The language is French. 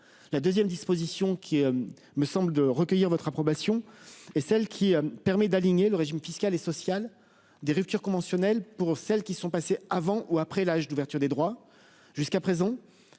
La 2ème disposition qui me semble de recueillir votre approbation et celle qui permet d'aligner le régime fiscal et social des ruptures conventionnelles pour celles qui sont passés avant ou après l'âge d'ouverture des droits. Jusqu'à présent.